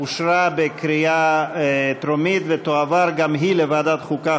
התקבלה בקריאה טרומית ותועבר לוועדת החוקה,